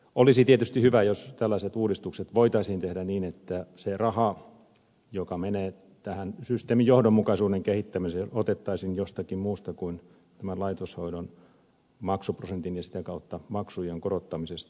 olisi tietysti hyvä jos tällaiset uudistukset voitaisiin tehdä niin että se raha joka menee tähän systeemin johdonmukaisuuden kehittämiseen otettaisiin jostakin muusta kuin tämän laitoshoidon maksuprosentin ja sitä kautta maksujen korottamisesta